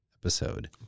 episode